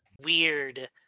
weird